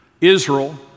Israel